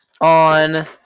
on